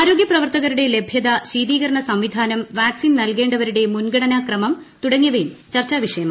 ആരോഗ്യപ്രവർത്തകരുടെ ലഭ്യത ശീതീകരണ സംവിധാനം വാക്സിൻ നൽകേണ്ടവരുടെ മുൻഗണനാക്രമം തുടങ്ങിയവയും ചർച്ചാവിഷയമായി